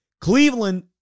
Cleveland